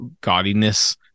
gaudiness